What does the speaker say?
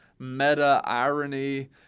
meta-irony